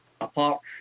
apart